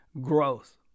Growth